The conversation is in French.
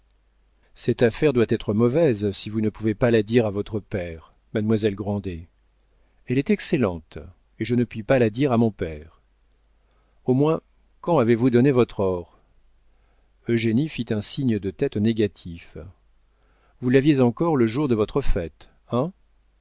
cette affaire doit être mauvaise si vous ne pouvez pas la dire à votre père mademoiselle grandet elle est excellente et je ne puis pas la dire à mon père au moins quand avez-vous donné votre or eugénie fit un signe de tête négatif vous l'aviez encore le jour de votre fête